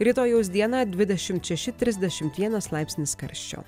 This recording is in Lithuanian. rytojaus dieną dvidešimt šeši trisdešimt vienas laipsnis karščio